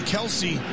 Kelsey